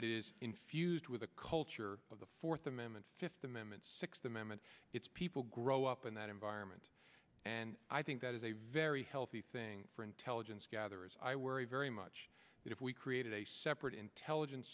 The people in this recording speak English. it is infused with the culture of the fourth amendment fifth amendment sixth amendment it's people grow up in that environment and i think that is a very healthy thing for intelligence gatherers i worry very much that if we created a separate intelligence